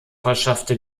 verschaffte